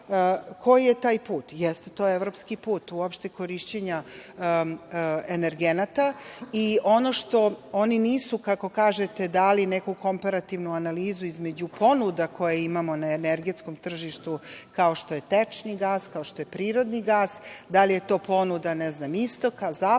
koji je taj put. Jeste to evropski put, uopšte korišćenja energenata, i ono što oni nisu, kako kažete, dali neku komparativnu analizu između ponuda koje imamo na energetskom tržištu, kao što je tečni gas, kao što je prirodni gas, da li je to ponuda istoka, zapada,